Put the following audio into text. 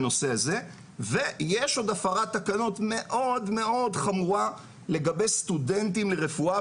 ויש עוד הפרת תקנות מאוד מאוד חמורה לגבי סטודנטים לרפואה,